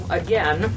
again